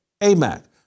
AMAC